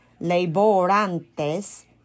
laborantes